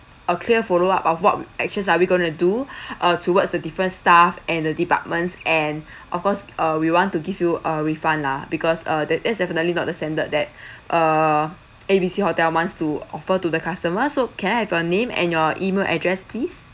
a clear follow up of what actions are we going to do uh towards the different staff and the departments and of course uh we want to give you a refund lah because uh that is definitely not the standard that err A_B_C hotel wants to offer to the customers so can I have your name and your email address please